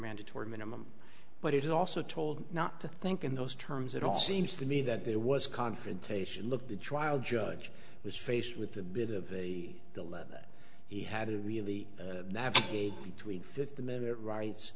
mandatory minimum but it also told not to think in those terms it all seems to me that there was confrontation look the trial judge was faced with a bit of a dilemma that he had it really that between fifteen minute rights